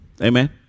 amen